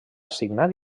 signat